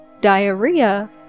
diarrhea